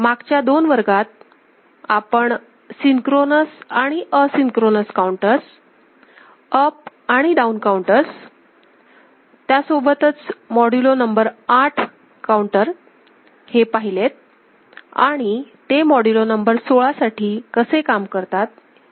मागच्या दोन वर्गात आपण सिंक्रोनस आणि असिंक्रोनस कॉउंटर्स अप आणि डाउन कॉउंटर्स सोबत मॉड्युलो नंबर ८ हे पाहिलेत आणि ते मॉड्युलो नंबर १६ साठी कसे काम करते हे सुद्धा आपण पहिले